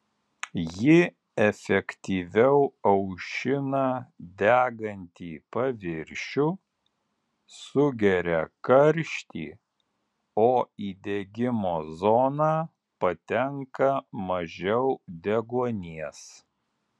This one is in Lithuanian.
ji efektyviau aušina degantį paviršių sugeria karštį o į degimo zoną patenka mažiau deguonies